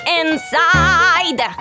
inside